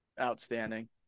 outstanding